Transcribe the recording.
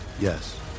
Yes